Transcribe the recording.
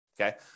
okay